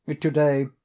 Today